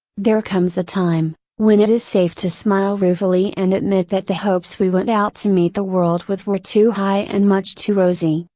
there comes a time, when it is safe to smile ruefully and admit that the hopes we went out to meet the world with were too high and much too rosy,